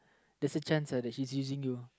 there's a chance lah that's she's using you